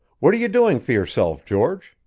what are you doing for yourself, george?